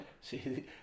see